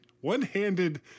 one-handed